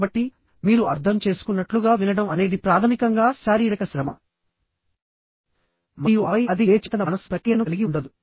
కాబట్టి మీరు అర్థం చేసుకున్నట్లుగా వినడం అనేది ప్రాథమికంగా శారీరక శ్రమ మరియు ఆపై అది ఏ చేతన మనస్సు ప్రక్రియను కలిగి ఉండదు